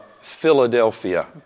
Philadelphia